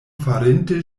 farinte